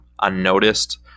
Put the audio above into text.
unnoticed